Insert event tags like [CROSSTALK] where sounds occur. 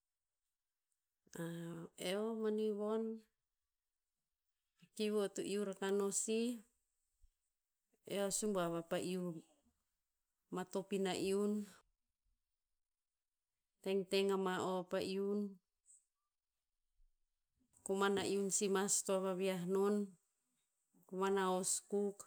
[HESITATION] eo mani von, kiu eo to iu rakah no sih, eo subuav apa iu matop ina iun, tengteng ama o vapa iun, koman a iun si mas toa vaviah non, koman a hoskuk,